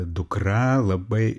dukra labai